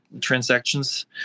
transactions